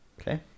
okay